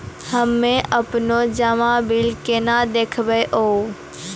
हम्मे आपनौ जमा बिल केना देखबैओ?